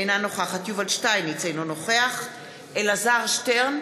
אינה נוכחת יובל שטייניץ, אינו נוכח אלעזר שטרן,